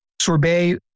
Sorbet